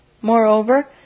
Moreover